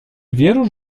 wierusz